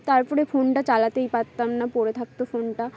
তার পরে ফোনটা চালাতেই পারতাম না পড়ে থাকত ফোনটা